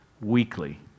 weekly